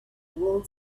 world